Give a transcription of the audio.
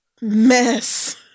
Mess